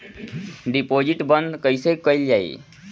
Deposit बंद कैसे कैल जाइ?